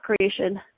creation